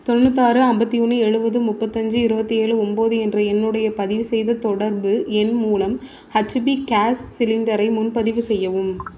தொண்ணூத்தாறு ஐம்பத்தி ஒன்று எழுபது முப்பத்து அஞ்சு இருபத்தி ஏழு ஒம்பது என்ற என்னுடைய பதிவு செய்த தொடர்பு எண் மூலம் ஹச்பி கேஸ் சிலிண்டரை முன்பதிவு செய்யவும்